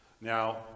Now